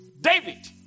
David